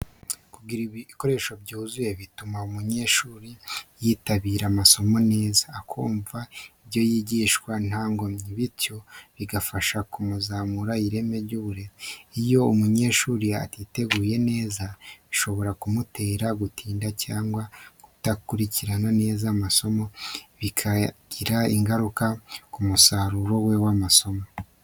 Kugira ibikoresho byuzuye bituma umunyeshuri yitabira amasomo neza, akumva ibyo yigishwa nta nkomyi, bityo bigafasha kuzamura ireme ry’uburezi. Iyo umunyeshuri atiteguye neza, bishobora kumutera gutinda cyangwa kudakurikirana neza amasomo, bikagira ingaruka ku musaruro we w'amasomo.